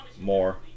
More